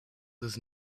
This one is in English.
does